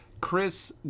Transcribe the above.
chris